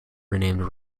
renamed